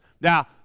now